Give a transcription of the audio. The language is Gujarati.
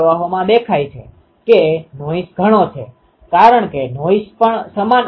તેથી ar વેક્ટરvectorસદિશ એ ક્ષેત્ર બિંદુની દિશામાં એકમ વેક્ટર છે